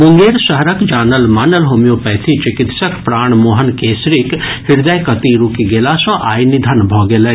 मुंगेर शहरक जानल मानल होमियोपैथी चिकित्सक प्राण मोहन केसरीक हृदयगति रूकि गेला सँ आइ निधन भऽ गेलनि